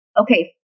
okay